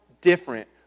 different